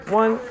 one